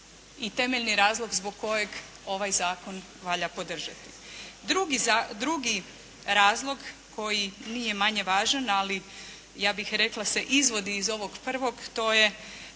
i temeljni razlog zbog kojeg ovaj Zakon valja podržati. Drugi razlog koji nije manje važan, ali ja bih rekla se izvodi iz ovog prvog, to je